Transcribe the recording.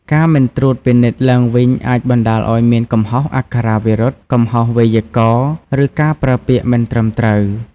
ការមិនត្រួតពិនិត្យឡើងវិញអាចបណ្តាលឲ្យមានកំហុសអក្ខរាវិរុទ្ធ កំហុសវេយ្យាករណ៍ ឬការប្រើពាក្យមិនត្រឹមត្រូវ